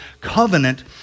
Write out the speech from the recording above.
covenant